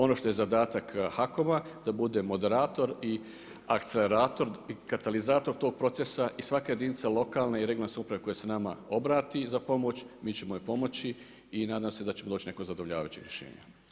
Ono što je zadatak HAKOM-a da bude moderator i akcelerator i katalizator tog procesa i svaka jedinica lokalne i regionalne samouprave koja se nama obrati za pomoć mi ćemo joj pomoći i nadam se da ćemo doći do nekog zadovoljavajućeg rješenja.